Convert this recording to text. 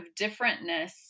differentness